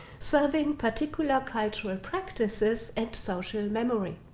serving particular cultural practices and social memory.